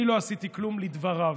ואני לא עשיתי כלום, לדבריו.